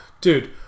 dude